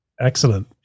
Excellent